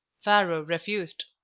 pharaoh refused.